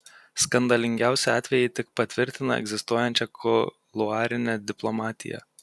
skandalingiausi atvejai tik patvirtina egzistuojančią kuluarinę diplomatiją